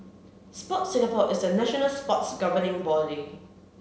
Sport Singapore is a national sports governing body